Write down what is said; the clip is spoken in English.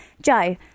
Joe